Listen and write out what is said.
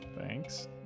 thanks